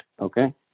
Okay